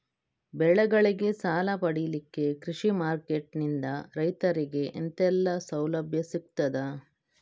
ಬೆಳೆಗಳಿಗೆ ಸಾಲ ಪಡಿಲಿಕ್ಕೆ ಕೃಷಿ ಮಾರ್ಕೆಟ್ ನಿಂದ ರೈತರಿಗೆ ಎಂತೆಲ್ಲ ಸೌಲಭ್ಯ ಸಿಗ್ತದ?